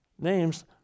names